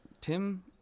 Tim